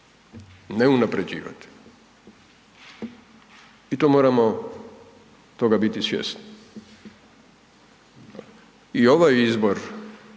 ne unaprjeđivati i to moramo toga biti svjesni. I ovaj izbor